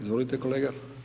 Izvolite kolega.